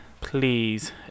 please